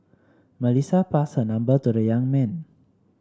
Melissa passed her number to the young man